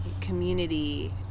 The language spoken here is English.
community